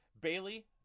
Bailey